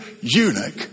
eunuch